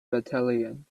battalion